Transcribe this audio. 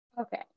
Okay